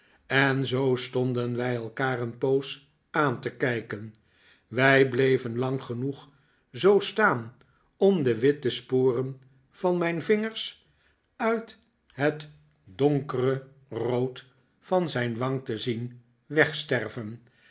en zoo stonden wij elkaar een poos aan te kijken wij bleven lang genoeg zoo staan om de witte sporen van mijn vingers uit het donkere rood van zijn wang te zien wegsterven